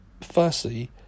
firstly